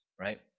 right